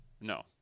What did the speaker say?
No